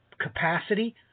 capacity